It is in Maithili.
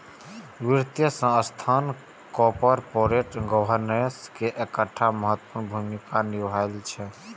वित्तीय संस्थान कॉरपोरेट गवर्नेंस मे एकटा महत्वपूर्ण भूमिका निभाबै छै